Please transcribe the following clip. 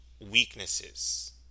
weaknesses